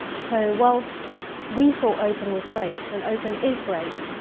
so whilst we thought open was great, and open is great.